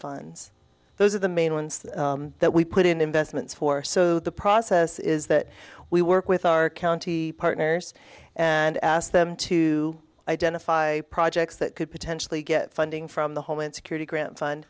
funds those are the main ones that we put in investments for so the process is that we work with our county partners and ask them to identify projects that could potentially get funding from the homeland security grant fun